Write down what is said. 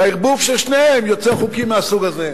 והערבוב של שתיהן יוצר חוקים מהסוג הזה.